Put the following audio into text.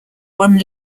one